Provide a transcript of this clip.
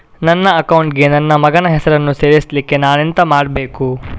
ನನ್ನ ಅಕೌಂಟ್ ಗೆ ನನ್ನ ಮಗನ ಹೆಸರನ್ನು ಸೇರಿಸ್ಲಿಕ್ಕೆ ನಾನೆಂತ ಮಾಡಬೇಕು?